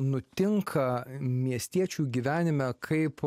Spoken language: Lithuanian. nutinka miestiečių gyvenime kaip